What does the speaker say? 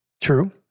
True